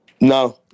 No